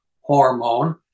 hormone